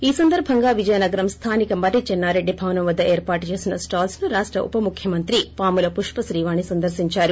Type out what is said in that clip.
ఈ సందర్బంగా విజయనగరం స్థానిక మర్రి చెన్నారెడ్డి భవనం వద్ద ఏర్పాటు చేసిన స్టాల్స్ ను రాష్ట ఉప ముఖ్యమంత్రి పాముల పుష్ప శ్రీవాణి సందర్శించారు